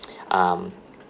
um